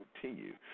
continue